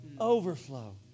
overflow